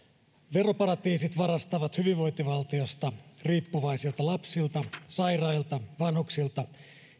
veroparatiisit varastavat hyvinvointivaltiosta riippuvaisilta lapsilta sairailta vanhuksilta